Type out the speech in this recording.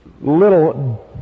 little